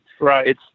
Right